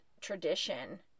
tradition